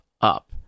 up